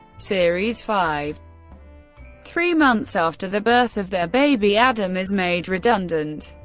series five three months after the birth of their baby, adam is made redundant.